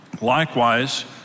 likewise